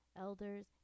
elders